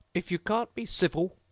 if you can't be civil,